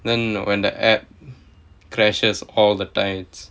then when the application crashes all the tides